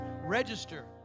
register